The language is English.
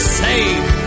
saved